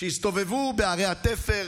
שיסתובבו בערי התפר,